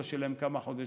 הוא לא שילם כמה חודשים,